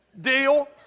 deal